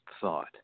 thought